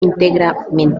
íntegramente